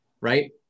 right